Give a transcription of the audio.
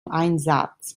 einsatz